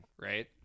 right